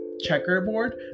checkerboard